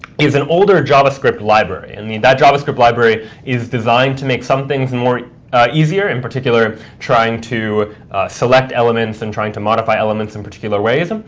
is an older javascript library, and that javascript library is designed to make some things easier, in particular trying to select elements and trying to modify elements in particular ways.